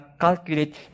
calculate